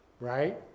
Right